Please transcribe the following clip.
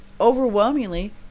overwhelmingly